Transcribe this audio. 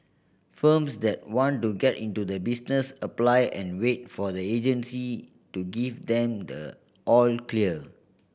firms that want to get into the business apply and wait for the agency to give then the all clear